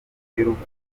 y’urupfu